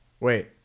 Wait